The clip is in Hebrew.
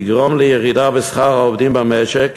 יגרום לירידה בשכר העובדים במשק